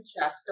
chapter